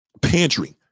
pantry